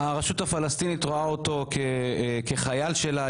הרשות הפלסטינית רואה אותו כחייל שלה,